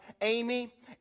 Amy